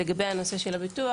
לגבי הנושא של הביטוח.